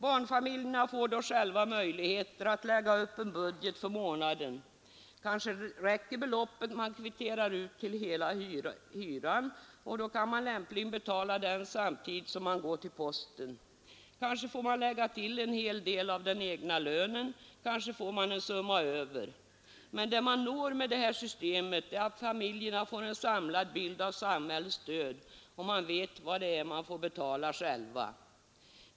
Barnfamiljerna får då själva möjligheter att lägga upp en budget för månaden. Kanske räcker beloppet man kvitterar ut till hela hyran, och då kan man lämpligen betala den samtidigt som man går till posten. Kanske får man lägga till en hel del av den egna lönen, kanske får man en summa över. Men det vi når med det här systemet är att familjerna får en samlad bild av samhällets stöd — och de vet vad de får betala själva.